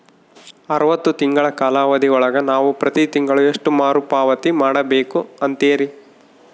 ಅರವತ್ತು ತಿಂಗಳ ಕಾಲಾವಧಿ ಒಳಗ ನಾವು ಪ್ರತಿ ತಿಂಗಳು ಎಷ್ಟು ಮರುಪಾವತಿ ಮಾಡಬೇಕು ಅಂತೇರಿ?